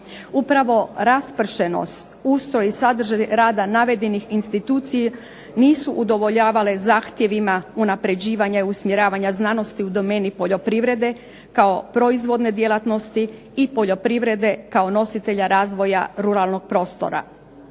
Upravo raspršenost, ustroj i sadržaj rada navedenih institucija nisu udovoljavale zahtjevima unapređivanja i usmjeravanja znanosti u domeni poljoprivrede kao proizvodne djelatnosti i poljoprivrede kao nositelja razvoja ruralnog prostora.